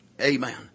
Amen